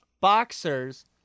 Boxers